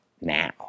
now